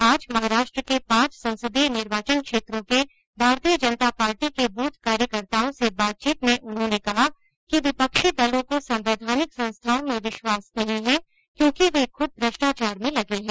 आज महाराष्ट्र के पांच संसदीय निर्वाचन क्षेत्रों के भारतीय जनता पार्टी के बूथ कार्यकर्ताओं से बातचीत में उन्होंने कहा कि विपक्षी दलों को संवैधानिक संस्थाओं में विश्वास नहीं है क्योंकि वे खुद भ्रष्टाचार में लगे हैं